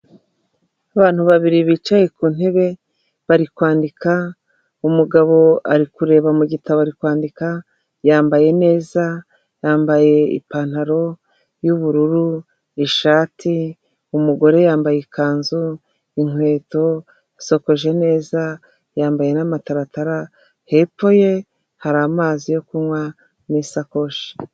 Abantu babiri bicaye ku ntebe bari kwandika, umugabo ari kureba mu gitabo ari kwandika, yambaye neza, yambaye ipantaro y'ubururu, ishati, umugore yambaye ikanzu, inkweto, asokoje neza, yambaye n'amataratara, hepfo ye hari amazi yo kunywa n'isakoshi.